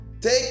Take